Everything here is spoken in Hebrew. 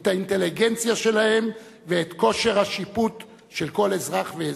את האינטליגנציה שלהם ואת כושר השיפוט של כל אזרח ואזרח.